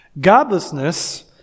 Godlessness